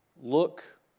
look